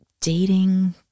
dating